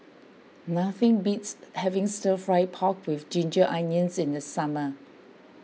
nothing beats having Stir Fried Pork with Ginger Onions in the summer